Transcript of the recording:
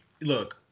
look